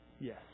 yes